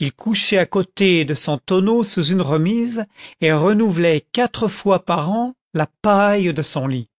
il couchait à côté de son tonneau sous une remise et renouvelait quatre fois par an la paille de son lit